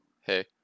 hey